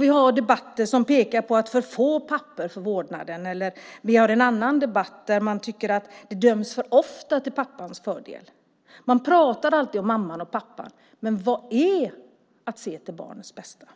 Vi har ju debatter där det pekas på att för få pappor får vårdnaden, och i någon debatt tycker man att det för ofta döms till pappans fördel. Man pratar alltid om mamman och pappan. Men vad är att se till barnets bästa?